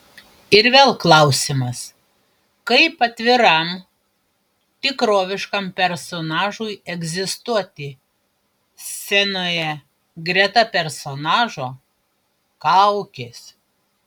ir vėl klausimas kaip atviram tikroviškam personažui egzistuoti scenoje greta personažo kaukės